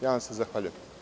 Ja vam se zahvaljujem.